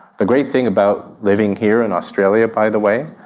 the great thing about living here in australia, by the way,